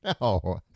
No